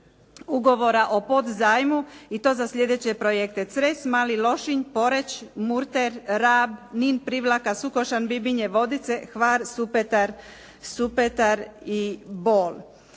Ugovora o podzajmu i to za slijedeće projekte, Cres, Mali Lošinj, Poreč, Murter, Rab, Nin, Privlaka, Sukošan, Bibinje, Vodice, Hvar, Supetar i Bol.ž